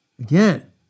again